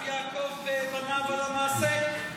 --- נזף יעקב בבניו על המעשה,